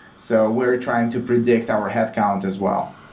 so we're trying to predict our headcount as well.